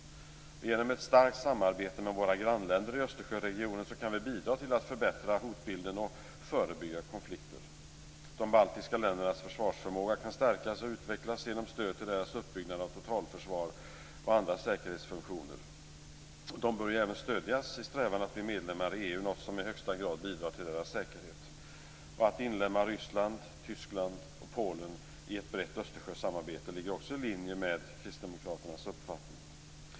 Genom ett starkt samarbete med våra grannländer i Östersjöregionen kan vi bidra till att förbättra hotbilden och förebygga konflikter. De baltiska ländernas försvarsförmåga kan stärkas och utvecklas genom stöd till deras uppbyggnad av totalförsvar och andra säkerhetsfunktioner. De bör även stödjas i strävan att bli medlemmar i EU, något som i högsta grad bidrar till deras säkerhet. Att inlemma Ryssland, Tyskland och Polen i ett brett Östersjösamarbete ligger också i linje med kristdemokraternas uppfattning.